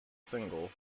single